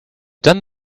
done